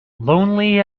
lonely